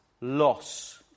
loss